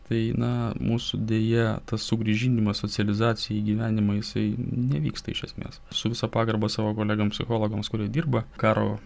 tai na mūsų dėja tas sugrįžinimas socializacija į gyvenimą jisai nevyksta iš esmės su visa pagarba savo kolegom psichologams kurie dirba karo